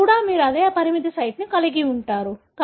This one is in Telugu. ఇక్కడ కూడా మీరు అదే పరిమితి సైట్ను కలిగి ఉంటారు